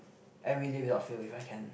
everyday without fail if I can